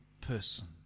person